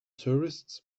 tourists